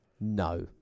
No